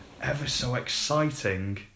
ever-so-exciting